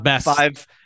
five